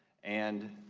and